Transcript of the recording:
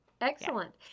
Excellent